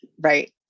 Right